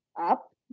up